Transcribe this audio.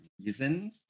reason